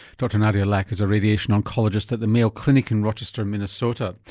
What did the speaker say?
dr nadia laack is a radiation oncologist at the mayo clinic in rochester, minnesota.